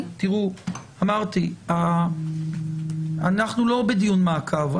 אמרתי, אנחנו לא בדיון מעקב.